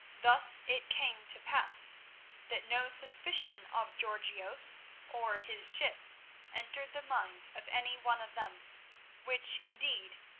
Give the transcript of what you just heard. thus it came to pass that no suspicion of georgios or his ship entered the mind of any one of them which, indeed,